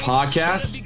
Podcast